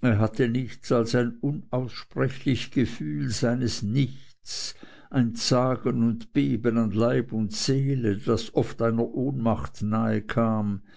er hatte nichts als ein unaussprechlich gefühl seines nichts ein zagen und beben an leib und seele das oft einer ohnmacht nahekam dann